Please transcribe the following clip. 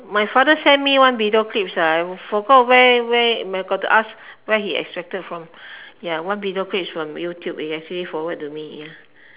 my father send me one video clips ah I forgot where where I got to ask where he extracted from ya one video clip is from youtube he actually forward to me ya